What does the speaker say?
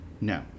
no